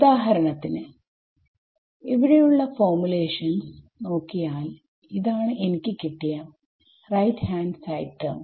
ഉദാഹരണത്തിന് ഇവിടെയുള്ള ഫോർമുലേഷൻസ് നോക്കിയാൽ ഇതാണ് എനിക്ക് കിട്ടിയ റൈറ്റ് ഹാൻഡ് സൈഡ് ടെർമ്